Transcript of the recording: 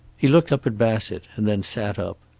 he looked up at bassett and then sat up.